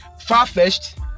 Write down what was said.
far-fetched